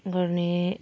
गर्ने